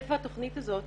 היכן התוכנית הזאת